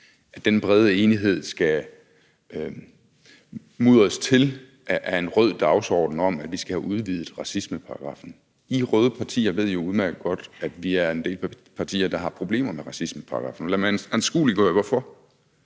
de har handicap, skal mudres til af en rød dagsorden om, at vi skal have udvidet racismeparagraffen. I røde partier ved jo udmærket godt, at vi er en del partier, der har problemer med racismeparagraffen. Lad mig anskueliggøre hvorfor.